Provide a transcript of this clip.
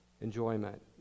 enjoyment